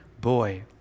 boy